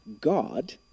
God